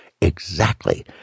Exactly